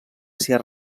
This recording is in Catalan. ser